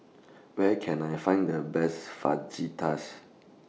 Where Can I Find The Best Fajitas